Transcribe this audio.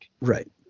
right